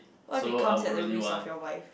what if it comes at the risk of your wife